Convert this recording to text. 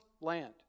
land